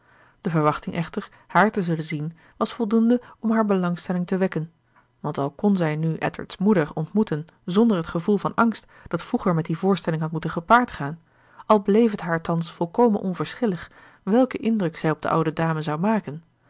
de verwachting echter hààr te zullen zien was voldoende om haar belangstelling te wekken want al kon zij nu edward's moeder ontmoeten zonder het gevoel van angst dat vroeger met die voorstelling had moeten gepaard gaan al bleef het haar thans volkomen onverschillig welken indruk zij op de oude dame zou maken